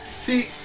See